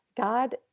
God